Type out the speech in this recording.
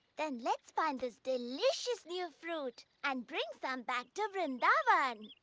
then let's find this delicious new fruit and bring some back to vrindavan.